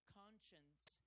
conscience